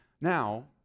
now